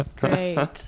Great